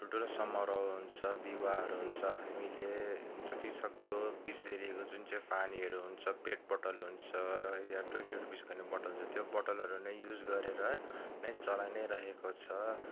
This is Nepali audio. ठुल्ठुलो समारोहहरू हुन्छ विवाहहरू हुन्छ हामीले जति सक्दो बिस्लेरीको जुन चाहिँ पानीहरू हुन्छ पेट बोट्टल हुन्छ या ट्वेन्टी रुपिस गर्ने बोट्टल हुन्छ त्यो बोट्टलहरू नै युज गरेर नै चलाई नै रहेको छ